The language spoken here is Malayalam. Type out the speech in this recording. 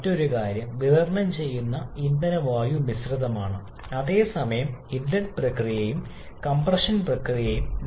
ഇതിന്റെ അർത്ഥം ഉടൻ ചർച്ചചെയ്യും പക്ഷേ തന്മാത്രകളുടെ എണ്ണം മാറുന്നതിനനുസരിച്ച് സിലിണ്ടറിനുള്ളിലെ മർദ്ദം ആനുപാതികമായും തന്മാത്രകളുടെ എണ്ണത്തിലും മാറുന്നു രാസപ്രവർത്തനങ്ങൾ കാരണം തീർച്ചയായും മാറി